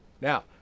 Now